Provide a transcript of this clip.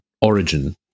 origin